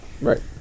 right